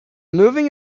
moving